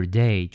day